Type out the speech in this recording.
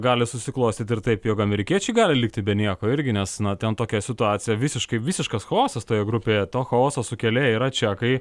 gali susiklostyti ir taip jog amerikiečiai gali likti be nieko irgi nes na ten tokia situacija visiškai visiškas chaosas toje grupėje to chaoso sukėlėjai yra čekai